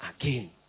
again